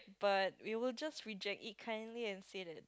but we will just reject it kindly and say that